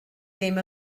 ddim